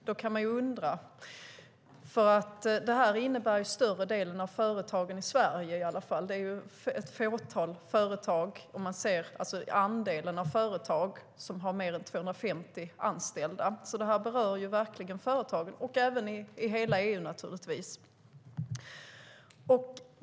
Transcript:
Då kan man undra. För det är ju större delen av företagen, i alla fall i Sverige. Det är ett fåtal företag som har fler än 250 anställda. Det här berör verkligen företagen i hela EU.